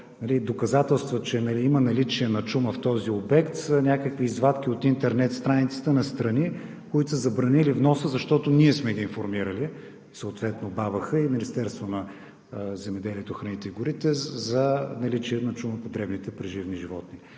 доказателства, че има наличие на чума в този обект са някакви извадки от интернет страницата на страни, които са забранили вноса, защото ние сме ги информирали – съответно БАБХ и Министерството на земеделието, храните и горите, за наличие на чума по дребните преживни животни.